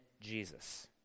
Jesus